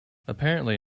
apparently